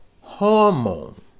hormone